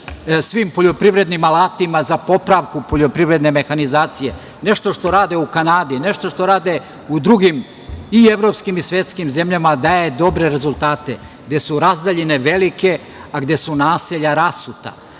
svim poljoprivrednim alatima za popravku poljoprivredne mehanizacije, nešto što rade u Kanadi, nešto što rade u drugim i evropskim i svetskim zemljama, a daje dobre rezultate, gde su razdaljine velike, a gde su naselja rasuta. Znači,